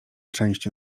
części